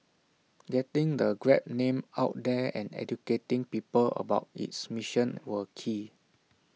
getting the grab name out there and educating people about its mission were key